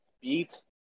beat